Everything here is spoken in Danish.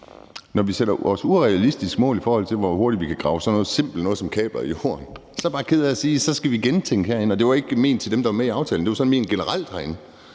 når vi sætter os urealistiske mål, i forhold til hvor hurtigt vi kan grave sådan noget simpelt noget som kabler ned i jorden, er jeg bare ked af at sige, at så skal vi gentænke det herinde. Og det var ikke ment til dem, der var med i aftalen. Det var sådan ment generelt herinde,